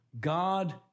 God